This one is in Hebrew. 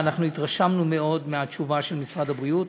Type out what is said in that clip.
מאוד מהתשובה של משרד הבריאות.